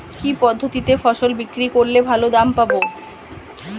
কি পদ্ধতিতে ফসল বিক্রি করলে ভালো দাম পাব?